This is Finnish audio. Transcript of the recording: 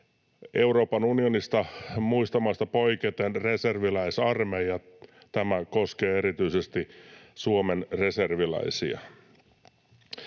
Euroopan unionin muista maista poiketen reserviläisarmeija, tämä koskee erityisesti Suomen reserviläisiä.